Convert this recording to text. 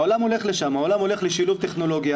העולם הולך לשם, העולם הולך לשילוב טכנולוגיה,